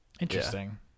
Interesting